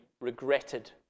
regretted